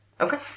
Okay